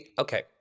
Okay